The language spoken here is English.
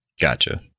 Gotcha